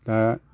दा